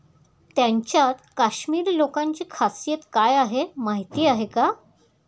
त्यांच्यात काश्मिरी लोकांची खासियत काय आहे माहीत आहे का?